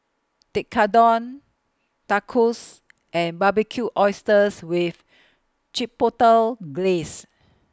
Tekkadon Tacos and Barbecued Oysters with Chipotle Glaze